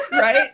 Right